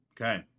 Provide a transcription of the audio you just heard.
Okay